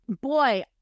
Boy